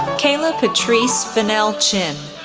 kaela patrice fennell-chin,